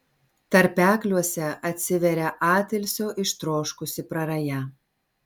tarpekliuose atsiveria atilsio ištroškusi praraja